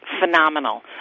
phenomenal